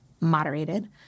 moderated